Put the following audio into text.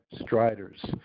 striders